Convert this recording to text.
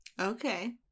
okay